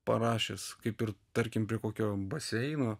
parašęs kaip ir tarkim prie kokio baseino